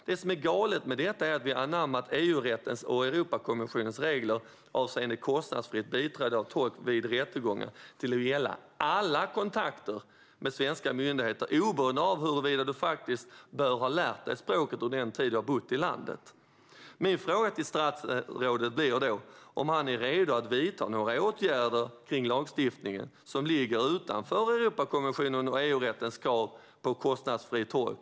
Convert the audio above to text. Vad som är galet med detta är att vi anammat EU-rättens och Europakonventionens regler avseende kostnadsfritt biträde av tolk vid rättegångar till att gälla alla kontakter med svenska myndigheter, oberoende av om man borde ha hunnit lära sig språket under den tid som man har bott i landet. Min fråga till statsrådet blir därför: Är statsrådet redo att vidta några åtgärder kring den lagstiftning som ligger utanför Europakonventionens och EU-rättens krav på kostnadsfri tolk?